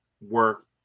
work